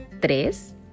Tres